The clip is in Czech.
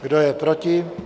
Kdo je proti?